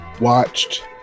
watched